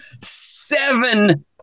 seven